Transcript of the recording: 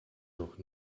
doch